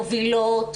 מובילות,